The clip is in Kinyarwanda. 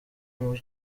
muri